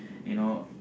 you know